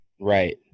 Right